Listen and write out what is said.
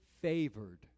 favored